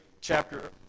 chapter